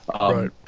right